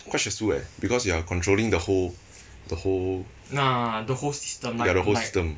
quite stressful eh because you are controlling the whole the whole ya the whole system